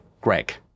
greg